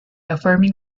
affirming